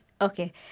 Okay